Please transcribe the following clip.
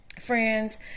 Friends